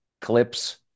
clips